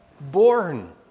born